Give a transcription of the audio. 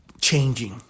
changing